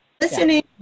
listening